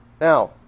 Now